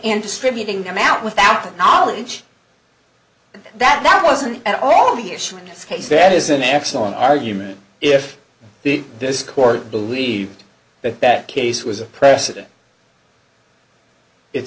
and distributing them out without the knowledge that that wasn't at all the issue in this case that is an excellent argument if the this court believed that that case was a precedent it